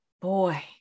boy